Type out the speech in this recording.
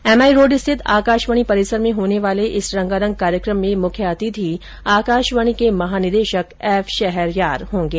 MI road स्थित आकाशवाणी परिसर में होने वाले इस रंगारंग कार्यक्रम के मुख्य अतिथि आकाशवाणी के महानिदेशक एफ शहरयार होंगे